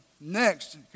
next